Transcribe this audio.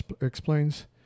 explains